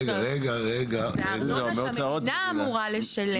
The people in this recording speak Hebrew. זה הארנונה שהמדינה אמורה לשלם.